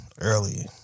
early